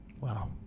Wow